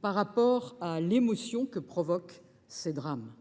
par rapport à l’émotion que provoquent ces drames.